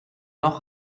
noch